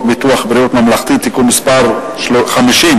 ביטוח בריאות ממלכתי (תיקון מס' 50),